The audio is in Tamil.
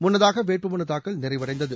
முன்னதாக வேட்பு மனு தாக்கல் நிறைவடைந்தது